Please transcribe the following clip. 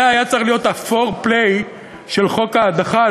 זה היה צריך להיות ה-foreplay של חוק ההדחה,